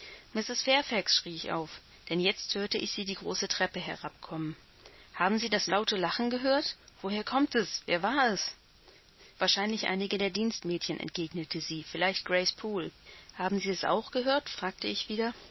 schrie ich auf denn jetzt hörte ich sie die große treppe herabkommen haben sie das laute lachen gehört woher kommt es wer war es wahrscheinlich einige der dienstmädchen entgegnete sie vielleicht grace poole haben sie es auch gehört fragte ich wieder